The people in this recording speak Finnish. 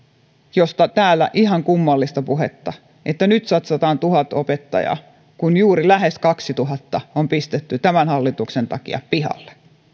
josta täällä on ollut ihan kummallista puhetta että nyt satsataan tuhat opettajaa kun juuri lähes kaksituhatta on pistetty tämän hallituksen takia pihalle